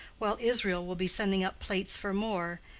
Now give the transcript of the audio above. while israel will be sending up plates for more,